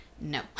no